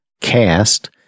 cast